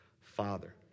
Father